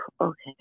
okay